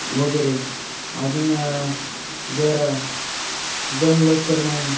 वगैरे अजून जर जमलचं तर मग